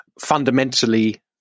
fundamentally